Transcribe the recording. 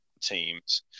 teams